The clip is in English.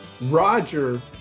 Roger